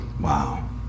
Wow